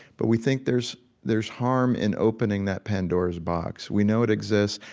but we think there's there's harm in opening that pandora's box. we know it exists.